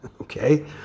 okay